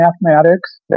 mathematics